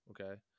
Okay